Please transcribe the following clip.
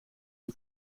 een